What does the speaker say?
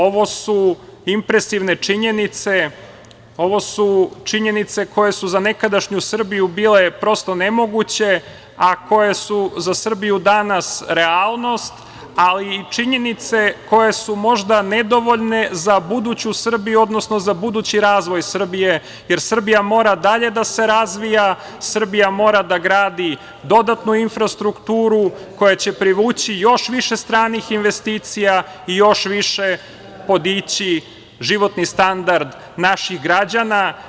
Ovo su impresivne činjenice, ovo su činjenice koje su za nekadašnju Srbiju bile, prosto nemoguće, a koje su za Srbiju danas realnost, ali i činjenice koje su možda nedovoljne za buduću Srbiju, odnosno za budući razvoj Srbije, jer Srbija mora dalje da se razvija, Srbija mora da gradi dodatnu infrastrukturu koja će privući još više stranih investicija i još više podići životni standard naših građana.